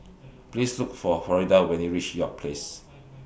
Please Look For Florida when YOU REACH York Place